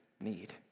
need